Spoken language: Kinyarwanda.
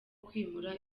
kwimura